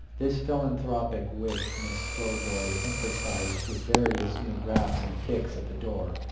this philanthropic wish miss slowboy emphasized with various new raps and kicks at the door,